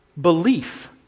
belief